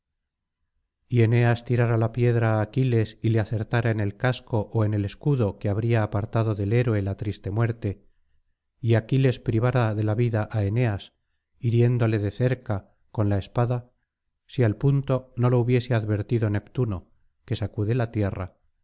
y eneas tirara la piedra á aquiles y le acertara en el casco ó en el escudo que habría apartado del héroe la triste muerte y aquiles privara de la vida á eneas hiriéndole de cerca con la espada si al punto no lo hubiese advertido neptuno que sacude la tierra